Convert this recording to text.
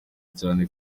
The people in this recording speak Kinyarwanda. cyane